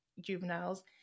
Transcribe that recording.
juveniles